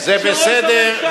זה בסדר,